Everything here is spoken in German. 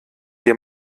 dir